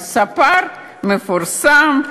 על סַפָּר מפורסם,